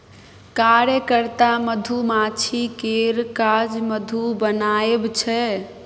कार्यकर्ता मधुमाछी केर काज मधु बनाएब छै